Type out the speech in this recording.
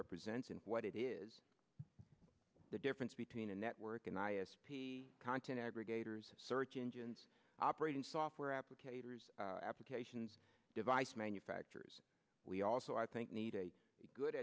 represents and what it is the difference between a network and i s p content aggregators search engines operate in software applicators applications device manufacturers we also i think need a good